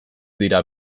dira